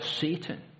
Satan